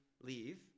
leave